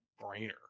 brainer